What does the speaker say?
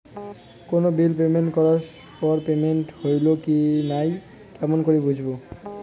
কোনো bill payment করার পর পেমেন্ট হইল কি নাই কেমন করি বুঝবো?